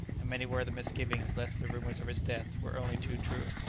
and many were the misgivings lest the rumours of his death were only too true.